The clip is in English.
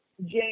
James